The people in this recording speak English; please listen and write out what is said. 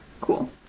Cool